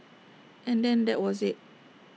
and then that was IT